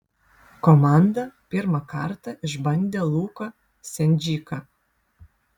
komanda pirmą kartą išbandė luką sendžiką